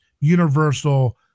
universal